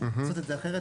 צריך לעשות את זה אחרת,